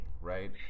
right